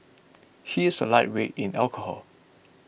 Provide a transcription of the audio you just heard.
he is a lightweight in alcohol